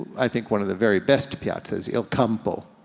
i think, one of the very best piazzas, il campo,